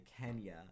Kenya